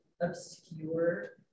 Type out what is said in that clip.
obscure